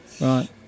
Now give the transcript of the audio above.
Right